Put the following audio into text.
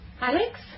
Alex